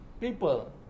people